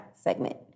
segment